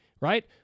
right